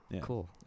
cool